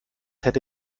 hätte